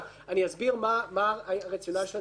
אסביר מה הרציונל של זה.